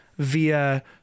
via